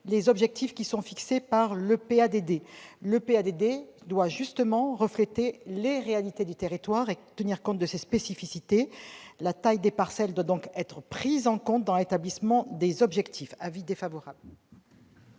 les objectifs fixés par le PADD. Ce dernier doit justement refléter les réalités du territoire et tenir compte de ses spécificités. La taille des parcelles doit donc être prise en compte dans l'établissement des objectifs. Quel est l'avis